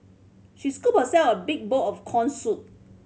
she scooped herself a big bowl of corn soup